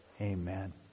Amen